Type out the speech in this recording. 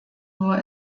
nur